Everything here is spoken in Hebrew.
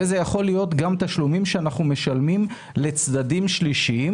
וזה יכול להיות גם תשלומים שאנחנו משלמים לצדדים שלישיים